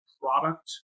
product